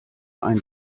ein